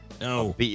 no